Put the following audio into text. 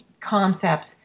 concepts